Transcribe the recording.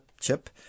chip